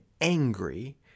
angry